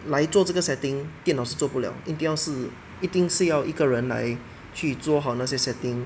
来做这个 setting 电脑是做不了一定要是一定是要一个人来去做好那些 setting